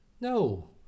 No